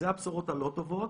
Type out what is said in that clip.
זה הבשורות הלא טובות.